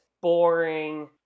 boring